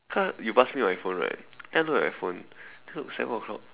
cause you pass me my phone right then I look at my phone then I look seven o clock